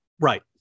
Right